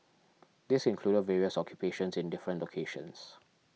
this included various occupations in different locations